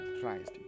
Christ